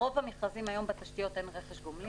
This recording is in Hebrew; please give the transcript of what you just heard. ברוב המכרזים בתשתיות אין היום רכש גומלין.